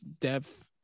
depth